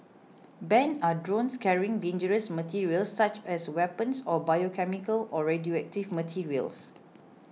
banned are drones carrying dangerous materials such as weapons or biochemical or radioactive materials